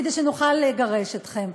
כדי שנוכל לגרש אתכם.